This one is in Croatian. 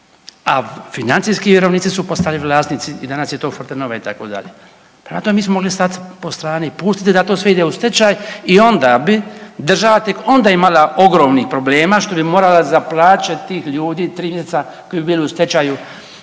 a financijski vjerovnici su postali vlasnici i danas je to Fortanova itd.. Prema tome, mi smo mogli stat po strani i pustiti da sve to ide u stečaj i onda bi država tek onda imala ogromnih problema što bi morala za plaće tih ljudi …/Govornik se ne razumije/… koji bi bili u stečaju